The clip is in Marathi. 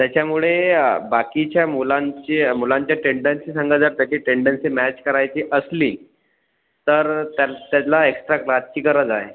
त्याच्यामुळे बाकीच्या मुलांची मुलांच्या टेन्डन्सी समजा जर त्याची टेन्डन्सी मॅच करायची असली तर त्या त्यांना एक्स्ट्रा क्लासची गरज आहे